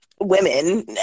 women